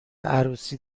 عروسی